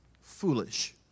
Foolish